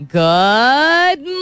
good